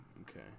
Okay